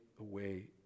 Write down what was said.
away